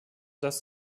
dass